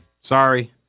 Sorry